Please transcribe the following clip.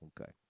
Okay